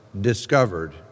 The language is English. discovered